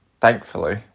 thankfully